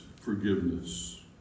forgiveness